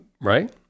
right